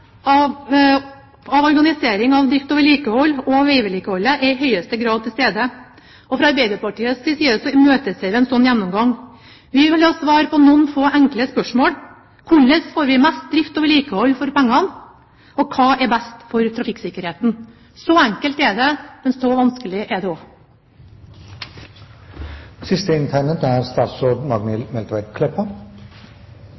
gjennomgang av organisering av drift og vedlikehold, og av veivedlikeholdet, er i høyeste grad til stede, og fra Arbeiderpartiets side imøteser vi en sånn gjennomgang. Vi vil ha svar på noen få enkle spørsmål: Hvordan får vi mest drift og vedlikehold for pengene, og hva er best for trafikksikkerheten? Så enkelt er det, men så vanskelig er det også. For ei meir oversiktleg framstilling av mitt engasjement når det gjeld drift og